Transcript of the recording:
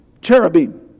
cherubim